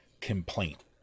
complaint